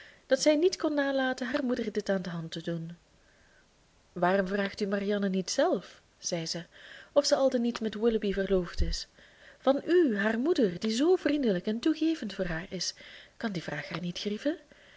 dat zij niet kon nalaten haar moeder dit aan de hand te doen waarom vraagt u marianne niet zelf zei zij of ze al of niet met willoughby verloofd is van u haar moeder die zoo vriendelijk en toegevend voor haar is kan die vraag haar niet grieven